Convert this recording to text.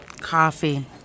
coffee